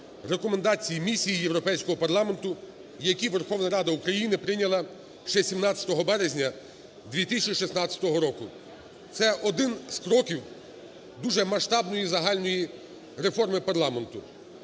рекомендацій Місії Європейського парламенту, які Верховна Рада України прийняла ще 17 березня 2016 року. Це один з кроків дуже масштабної загальної реформи парламенту.